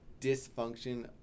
dysfunction